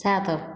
ସାତ